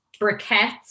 Briquettes